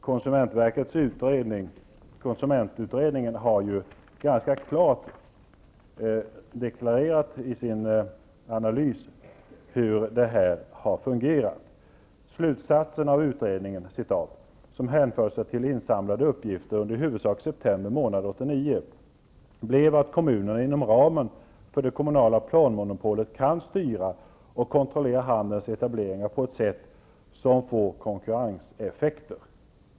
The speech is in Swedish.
Konsumentutredningen deklarerar ju ganska klart i sin analys hur det här har fungerat: Slutsatsen av utredningen, som hänför sig till insamlade uppgifter under i huvudsak september månad 1989, blev att kommunerna inom ramen för det kommunala planmonopolet kan styra och kontrollera handelns etableringar på ett sätt som får konkurrenseffekter.